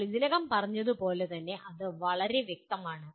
ഞങ്ങൾ ഇതിനകം പറഞ്ഞതുപോലെ അത് വളരെ വ്യക്തമാണ്